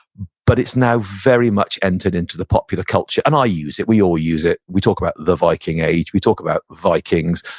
but it's now very much entered into the popular culture, and, i use it. we all use it. talk about the viking age. we talk about vikings,